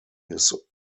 his